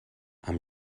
amb